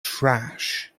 trash